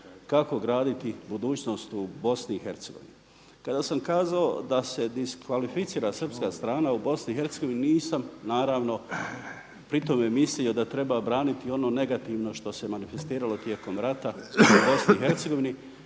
kako graditi budućnost u BiH. Kada sam kazao da se diskvalificira srpska strana u BiH nisam naravno pri tome mislio da treba braniti ono negativno što se manifestiralo tijekom rata u BiH